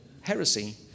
heresy